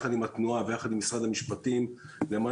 יחד עם התנועה ויחד עם משרד המשפטים למעלה